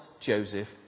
Joseph